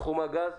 בתחום הגז.